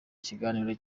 kiganiro